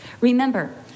Remember